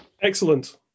excellent